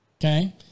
okay